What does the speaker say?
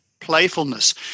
playfulness